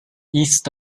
east